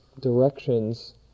directions